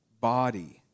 body